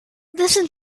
listen